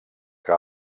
que